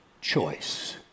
choice